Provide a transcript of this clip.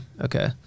okay